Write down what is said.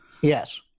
Yes